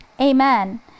amen